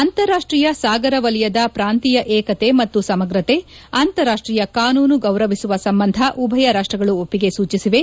ಅಂತಾರಾಷ್ಟೀಯ ಸಾಗರ ವಲಯದ ಪ್ರಾಂತೀಯ ಏಕತೆ ಮತ್ತು ಸಮಗ್ರತೆ ಅಂತಾರಾಷ್ಟೀಯ ಕಾನೂನು ಗೌರವಿಸುವ ಸಂಬಂಧ ಉಭಯ ರಾಷ್ಟಗಳು ಒಪ್ಪಿಗೆ ಸೂಚಿಸಿವೆ